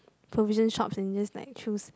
provision shops and just like choose